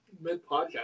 Mid-podcast